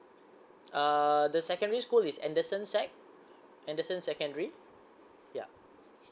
uh the secondary school is anderson SEC anderson secondary ya